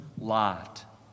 Lot